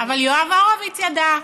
אבל יואב הורוביץ ידע.